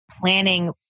planning